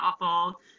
awful